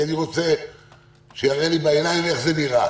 כי אני רוצה שיראה לי בעיניים איך זה נראה,